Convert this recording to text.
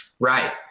Right